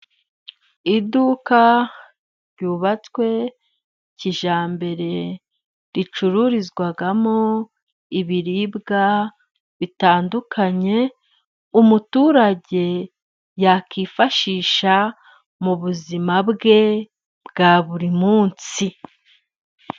Iduka ryubatswe kijyambere, ricururizwamo ibiribwa bitandukanye umuturage yakwifashisha, mu buzima bwe bwa buri munsi.